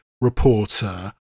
reporter